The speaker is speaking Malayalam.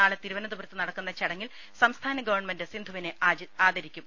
നാളെ തിരുവനന്തപുരത്ത് നടക്കുന്ന ചടങ്ങിൽ സംസ്ഥാന ഗവൺമെന്റ് സിന്ധുവിനെ ആദരിക്കും